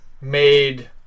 made